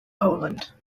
poland